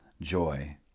joy